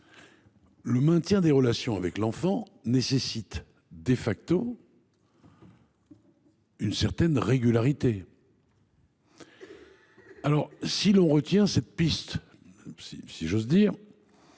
le maintien des relations avec l’enfant nécessite une certaine régularité. Alors, si l’on retient cette piste, si j’ose dire,